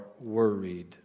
worried